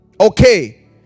okay